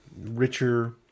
richer